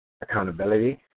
accountability